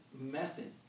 method